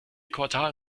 quartal